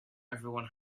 everyone